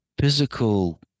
physical